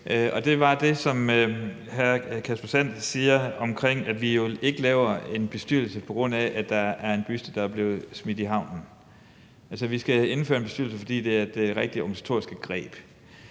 det var det, hr. Kasper Sand Kjær sagde, om, at vi jo ikke laver en bestyrelse, på grund af at der er en buste, der er blevet smidt i havnen, men at vi skal indføre en bestyrelse, fordi det er det rigtige organisatoriske greb.